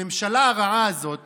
הממשלה הרעה הזאת